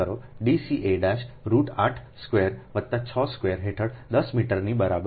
D ca'રુટ 8 square વત્તા 6 square હેઠળ 10 મીટરની બરાબર છે